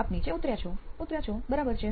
આપ નીચે ઉતર્યા છો નીચે ઉતર્યા છો બરાબર છે